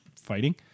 fighting